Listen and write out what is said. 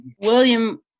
William